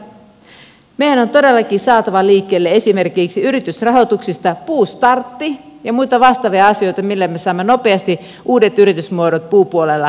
meidän on todellakin saatava liikkeelle esimerkiksi yritysrahoituksista puustartti ja muita vastaavia asioita millä me saamme nopeasti uudet yritysmuodot puupuolella